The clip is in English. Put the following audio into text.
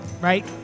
right